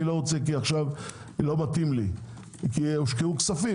לא רוצה כי לא מתאים לי - כי הושקעו כספים.